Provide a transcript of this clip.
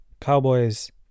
cowboys